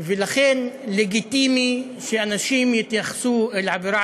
ולכן לגיטימי שאנשים יתייחסו אל עבירה